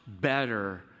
better